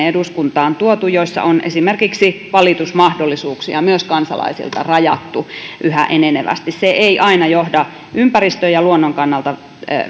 eduskuntaan tuotu jolloin on esimerkiksi valitusmahdollisuuksia myös kansalaisilta yhä enenevästi rajattu se ei aina välttämättä johda ympäristön ja luonnon kannalta